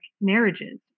marriages